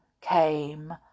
came